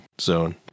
zone